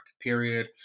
period